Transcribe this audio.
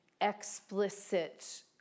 explicit